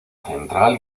central